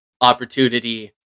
opportunity